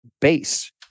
base